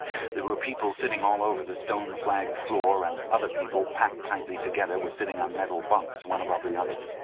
there were people sitting all over the stone-flagged floor, and other people, packed tightly together, were sitting on metal bunks, one above the other.